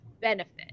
benefit